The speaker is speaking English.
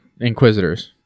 Inquisitors